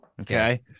Okay